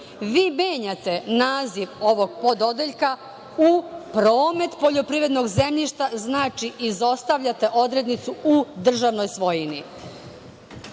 menjate naziv ovog pododeljka u – promet poljoprivrednog zemljišta, znači, izostavljate odrednicu – u državnoj svojini.